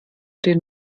den